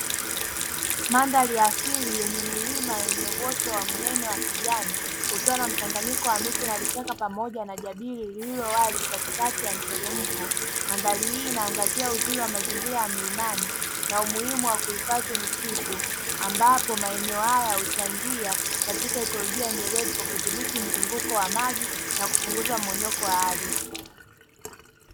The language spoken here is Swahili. Mandhari ya asili yenye milima yenye uoto wa mnene wa kijani ukiwa na mchanganyiko wa miti na vichaka, pamoja na jabiri lililo wazi katikati ya mteremko. Mandhari hii inaangazia uzuri wa mazingira ya mlimani na umuhimu wa kuhifadhi misitu, ambapo maeneo haya ya uchangia katika ikolojia endelevu kwa kudhibiti mzunguko wa maji na kupunguza mmomonyoko wa ardhi.